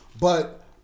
but-